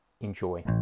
Enjoy